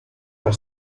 our